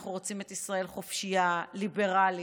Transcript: אנחנו רוצים את ישראל חופשייה, ליברלית.